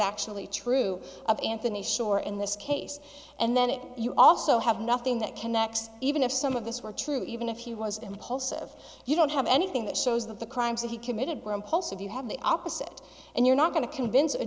actually true of anthony shore in this case and then it you also have nothing that connects even if some of this were true even if he was impulsive you don't have anything that shows that the crimes that he committed were impulsive you have the opposite and you're not going to convince a